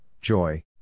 joy